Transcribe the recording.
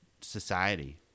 society